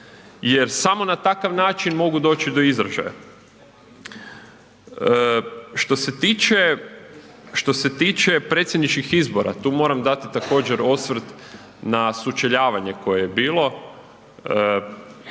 jer samo na takav način mogu doći do izražaja. Što se tiče predsjedničkih izbora, tu moram dati također osvrt na sučeljavanje koje je bilo.